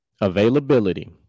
Availability